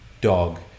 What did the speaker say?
dog